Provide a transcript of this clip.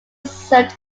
served